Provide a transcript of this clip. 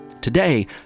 Today